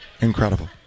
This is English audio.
incredible